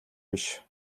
биш